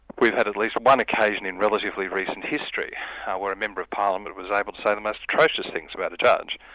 we've had at least one occasion in relatively recent history where a member of parliament was able to say the most atrocious things about a judge,